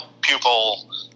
pupil